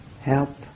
help